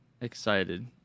excited